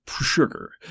sugar